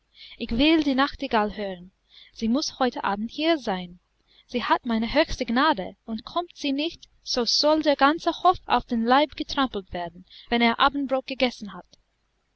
ich will die nachtigall hören sie muß heute abend hier sein sie hat meine höchste gnade und kommt sie nicht so soll der ganze hof auf den leib getrampelt werden wenn er abendbrot gegessen hat